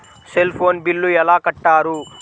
Cell phone bill ఎలా కట్టారు?